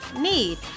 need